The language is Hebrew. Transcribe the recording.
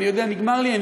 אני יודע שנגמר לי הזמן,